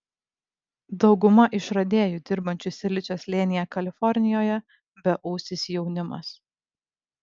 dauguma išradėjų dirbančių silicio slėnyje kalifornijoje beūsis jaunimas